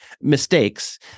mistakes